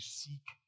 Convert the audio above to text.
seek